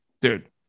Dude